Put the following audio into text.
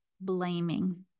blaming